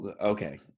Okay